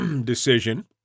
decision